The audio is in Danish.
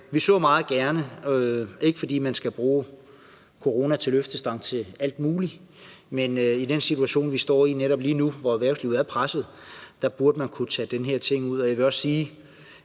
Så det er ikke, fordi man skal bruge corona som løftestang til alt muligt, men i den situation, vi står i lige nu, hvor erhvervslivet er presset, burde man kunne tage den her ting ud.